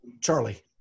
Charlie